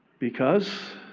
because,